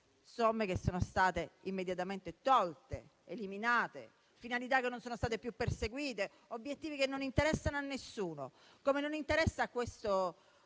somme che sono state immediatamente eliminate, finalità che non sono state più perseguite, obiettivi che non interessano a nessuno, come non interessano a questo